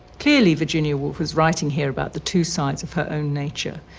clearly virginia woolf was writing here about the two sides of her own nature.